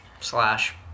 Slash